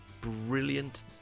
brilliant